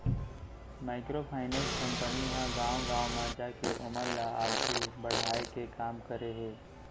micro finance company ह गाँव गाँव म जाके ओमन ल आघू बड़हाय के काम करे हे